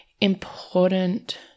important